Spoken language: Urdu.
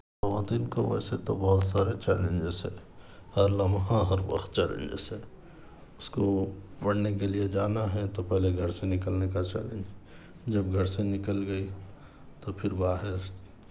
خواتین کو ویسے تو بہت سارے چییلنجیز ہیں ہر لمحہ ہر وقت چیلینجیز ہے اسکول پڑھنے کے لیے جانا ہے تو پہلے گھر سے نکلنے کا چیلنجس جب گھر سے نکل گئی تو پھر باہر